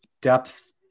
depth